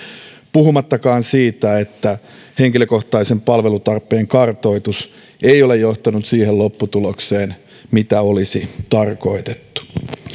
puhumattakaan siitä että henkilökohtaisen palvelutarpeen kartoitus ei ole johtanut siihen lopputulokseen mitä olisi tarkoitettu